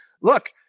look